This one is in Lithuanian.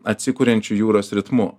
atsikuriančių jūros ritmu